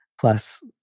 Plus